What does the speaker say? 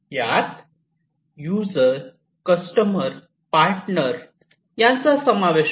यात user customer partner यांचा समावेश होतो